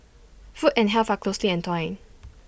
food and health are closely entwined